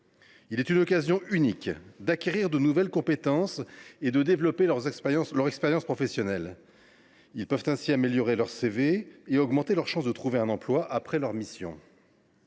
eux une occasion unique d’acquérir de nouvelles compétences et de développer une expérience professionnelle. Ils peuvent ainsi améliorer leur et augmenter leurs chances de trouver un emploi après leur mission.